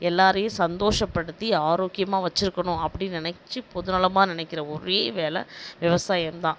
எல்லோரையும் சந்தோஷப்படுத்தி ஆரோக்கியமாக வச்சுருக்கணும் அப்படின்னு நினச்சி பொதுநலமாக நினைக்கிற ஒரே வேலை விவசாயம்தான்